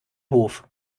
hof